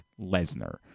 Lesnar